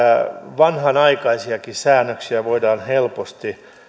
vanhanaikaisiakin säännöksiä voidaan helposti